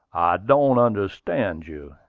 don't understand you,